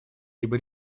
либо